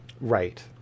right